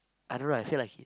I don't know I feel like it